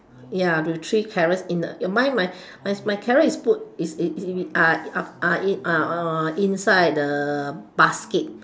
ya the three carrots in a mine my my carrot is put is is is are inside the basket